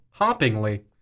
hoppingly